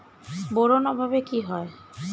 Boron অভাবে কি হয়?